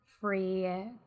free